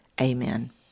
amen